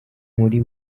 muri